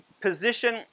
position